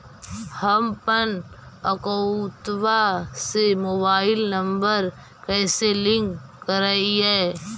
हमपन अकौउतवा से मोबाईल नंबर कैसे लिंक करैइय?